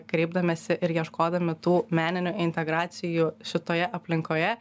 kreipdamiesi ir ieškodami tų meninių integracijų šitoje aplinkoje